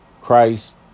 Christ